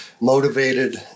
motivated